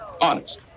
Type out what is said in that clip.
Honest